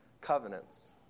covenants